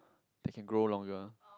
that can grow longer